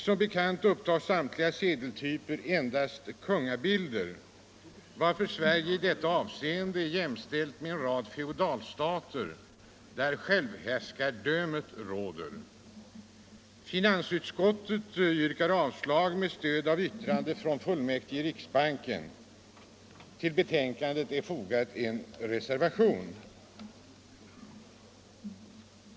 Som bekant upptar samtliga sedeltyper endast kungabilder, varför Sverige i detta avseende är jämställt med en rad feodalstater där självhärskardömet råder. Finansutskottet yrkar avslag med stöd av yttrande från fullmäktige i riksbanken. Till betänkandet är fogad en reservation.